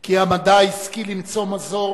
כי המדע השכיל למצוא מזור